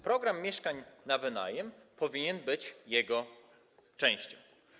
Program mieszkań na wynajem powinien być jego częścią.